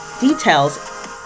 details